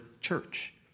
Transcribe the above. church